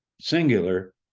singular